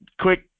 quick